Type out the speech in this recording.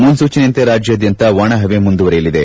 ಮುನ್ಲೂಚನೆಯಂತೆ ರಾಜ್ಯಾದ್ಯಂತ ಒಣ ಪವೆ ಮುಂದುವರೆಯಲಿದೆ